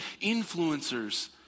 influencers